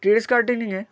terrace গার্ডেনিংয়ে